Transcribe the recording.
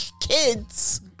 kids